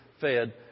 fed